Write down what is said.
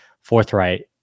forthright